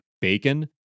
bacon